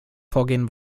vorgehen